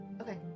Okay